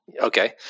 Okay